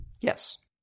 yes